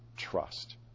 Trust